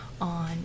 on